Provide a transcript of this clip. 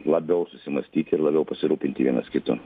labiau susimąstyt ir labiau pasirūpinti vienas kitu